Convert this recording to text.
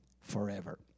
forever